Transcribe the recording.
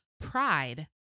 pride